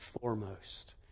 foremost